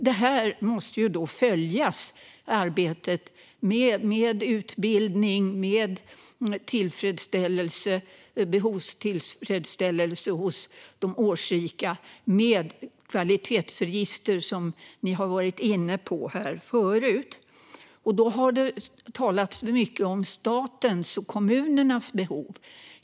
Det här arbetet måste följas med utbildning, med behovstillfredsställelse hos de årsrika med ett kvalitetsregister, som ni varit inne på här förut. Det har talats mycket om statens och kommunernas behov.